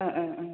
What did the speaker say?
ओह ओह ओम